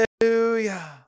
Hallelujah